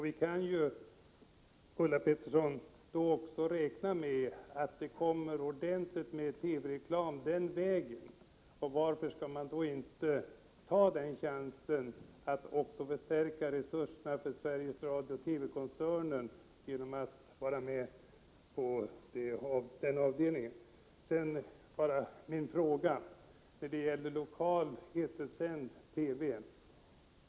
Vi kan räkna med att det kommer ordentligt med TV-reklam den vägen. Varför skall man då inte ta chansen att förstärka resurserna för Sveriges Radio och TV-koncernen på det sättet? När det gäller lokal etersänd TV har jag en fråga till Ulla Pettersson.